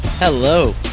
Hello